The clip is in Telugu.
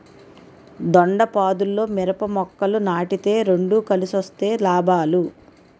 దొండపాదుల్లో మిరప మొక్కలు నాటితే రెండు కలిసొస్తే లాభాలు